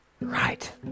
right